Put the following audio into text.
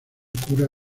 cura